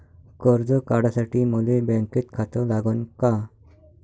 कर्ज काढासाठी मले बँकेत खातं लागन का?